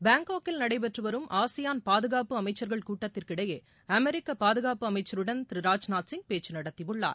பாங்காங்கில் நடைபெற்று வரும் ஆசியான் பாதுகாப்பு அமைச்சர்கள் கூட்டத்திற்கு இடையே அமெரிக்க பாதுகாப்பு அமைச்சருடன் திரு ராஜ்நாத் சிங் பேச்சு நடத்தியுள்ளார்